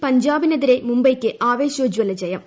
എല്ലിൽ പഞ്ചാബിനെതിരെ മുംബൈയ്ക്ക് ആവേശോജ്ജ്വല ജയം